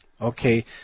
Okay